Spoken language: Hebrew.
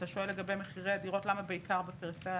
אתה שואל לגבי מחיר הדירות, למה בעיקר בפריפריה.